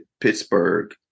Pittsburgh